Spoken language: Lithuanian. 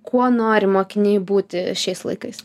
kuo nori mokiniai būti šiais laikais